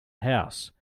house